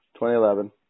2011